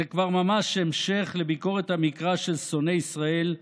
זה כבר ממש המשך לביקורת המקרא של שונאי ישראל,